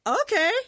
Okay